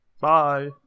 Bye